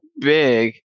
big